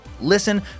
Listen